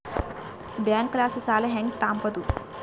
ಬ್ಯಾಂಕಲಾಸಿ ಸಾಲ ಹೆಂಗ್ ತಾಂಬದು?